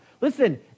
Listen